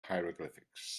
hieroglyphics